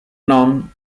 nom